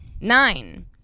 Nine